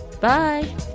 Bye